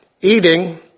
eating